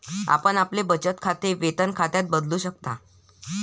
आपण आपले बचत खाते वेतन खात्यात बदलू शकता